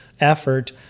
effort